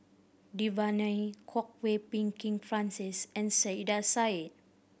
Devan Nair Kwok Peng Kin Francis and Saiedah Said